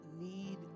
need